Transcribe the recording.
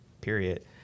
period